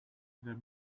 their